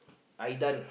Idan